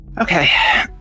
Okay